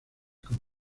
con